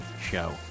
Show